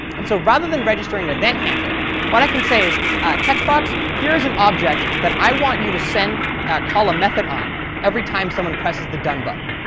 and so rather than registering event handler what i can say is text box, here is an object that i want you to call a method on every time someone presses the done button,